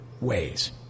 ways